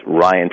Ryan